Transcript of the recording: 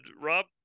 Rob